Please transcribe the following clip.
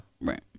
Right